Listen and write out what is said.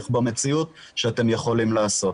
במציאות שאתם יכולים לעשות.